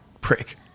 prick